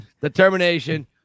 Determination